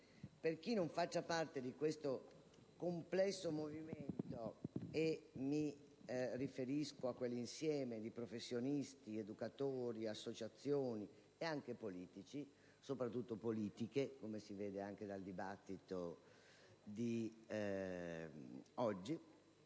per chi non faccia parte di questo complesso movimento (mi riferisco a quell'insieme di professionisti, educatori, associazioni e anche politici, soprattutto "politiche", come si vede anche dal dibattito odierno),